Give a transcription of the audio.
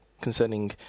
concerning